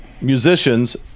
musicians